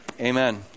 amen